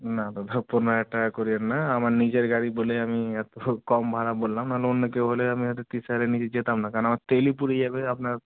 না দাদা পনেরো হাজার টাকা করবেন না আমার নিজের গাড়ি বলে আমি এত কম ভাড়া বললাম নাহলে অন্য কেউ হলে আমি হয়তো তিরিশ হাজারের নিচে যেতাম না কারণ আমার তেলই পুড়ে যাবে আপনার